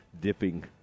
dipping